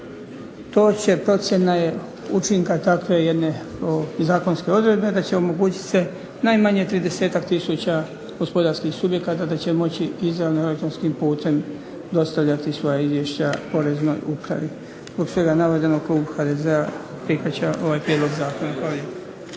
To će procjena je učinka takve jedne i zakonske odredbe, da će omogućit se najmanje tridesetak tisuća gospodarskih subjekata da će moći izravno elektronskim putem dostavljati svoja izvješća Poreznoj upravi. Zbog svega navedenog klub HDZ-a prihvaća ovaj prijedlog zakona.